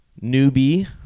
newbie